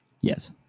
Yes